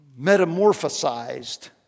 Metamorphosized